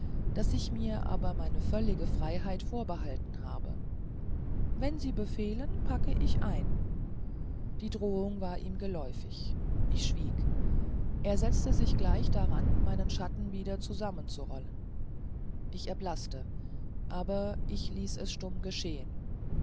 daß ich mir aber meine völlige freiheit vorbehalten habe wenn sie befehlen so pack ich ein die drohung war ihm geläufig ich schwieg er setzte sich gleich daran mei nen schatten wieder zusammenzurollen ich erblaßte aber ich ließ es stumm geschehen